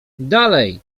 dalej